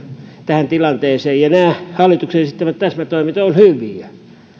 tähän tilanteeseen ja nämä hallituksen esittämät täsmätoimet ovat hyviä ne